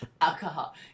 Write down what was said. Alcohol